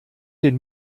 den